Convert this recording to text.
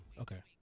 Okay